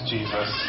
Jesus